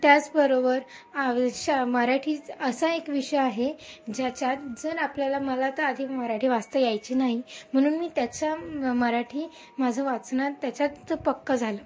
त्याचबरोबर मराठी असा एक विषय आहे ज्याच्यात जर आपल्याला मला तर आधी मराठी वाचता यायची नाही म्हणून मी त्याच्या मराठी माझं वाचण्यात त्याच्यात पक्कं झालं